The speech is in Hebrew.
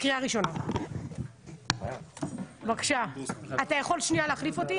אתה יכול להחליף אותי?